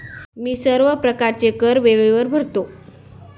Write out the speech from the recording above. मी सर्व प्रकारचे कर वेळेवर भरतो